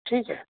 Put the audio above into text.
ٹھیک ہے